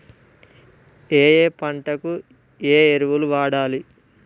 ఏయే పంటకు ఏ ఎరువులు వాడాలి?